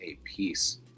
apiece